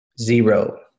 zero